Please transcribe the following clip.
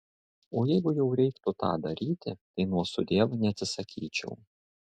o jeigu jau reiktų tą daryti tai nuo sudiev neatsisakyčiau